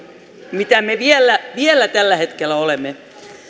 mitä me vielä vielä tällä hetkellä olemme